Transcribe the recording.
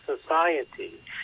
society